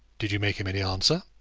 did you make him any answer?